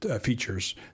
features